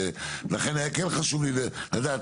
לכן היה כן חשוב לי לדעת,